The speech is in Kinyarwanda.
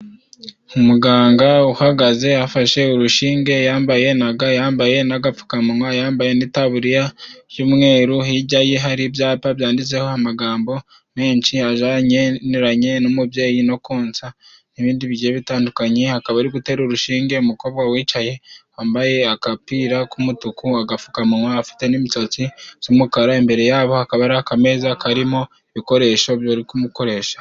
Umuganga uhagaze afashe urushinge yambaye na ga, yambaye n'agapfukamunwa, yambaye n'itaburiya y'umweru, hijya ye hari ibyapa byanditseho amagambo menshi ajanye n'umubyeyi no konsa n'ibindi bigiye bitandukanye, hakaba ari gutera urushinge umukobwa wicaye wambaye agapira k'umutuku, agapfukamunwa, afite n'imitsatsi z'umukara, imbere yabo hakaba hari akameza karimo ibikoresho byo bari kumukoresha.